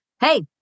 hey